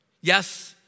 Yes